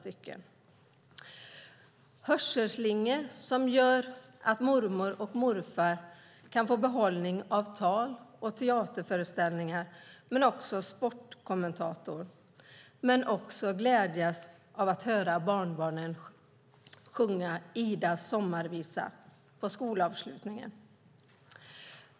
Det handlar också om hörselslingor som gör att mormor och morfar kan få behållning av tal, teaterföreställningar och sportkommentatorer, liksom att känna glädjen av att höra barnbarnen sjunga Idas sommarvisa på skolavslutningen.